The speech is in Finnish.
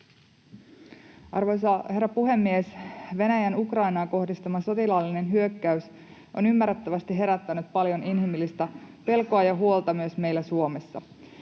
Arvoisa herra puhemies! Venäjän Ukrainaan kohdistama sotilaallinen hyökkäys on ymmärrettävästi herättänyt paljon inhimillistä pelkoa ja huolta myös meillä Suomessa.